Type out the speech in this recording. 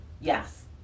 Yes